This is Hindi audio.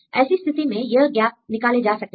ऐसी स्थिति में यह गैप निकाले जा सकते हैं